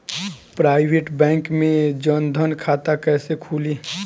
Private bank मे जन धन खाता कैसे खुली?